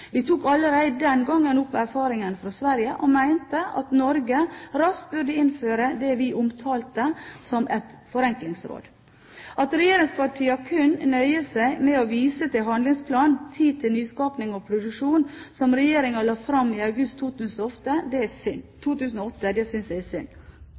Vi tok allerede den gangen opp erfaringer fra Sverige og mente at Norge raskt burde innføre det vi omtalte som et forenklingsråd. At regjeringspartiene kun nøyer seg med å vise til handlingsplanen Tid til nyskaping og produksjon, som regjeringen la fram i august 2008, syns jeg er synd,